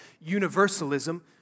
universalism